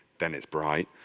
then it's bright.